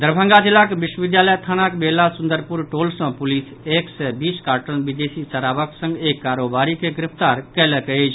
दरभंगा जिलाक विश्वविद्यालय थानाक बेला सुंदरपुर टोल सॅ पुलिस एक सय बीस कार्टन विदेशी शराबक संग एक कारोबारी के गिरफ्तार कयलक अछि